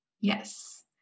yes